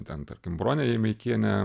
ten tarkim bronė jemeikienė